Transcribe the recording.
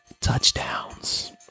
touchdowns